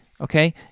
okay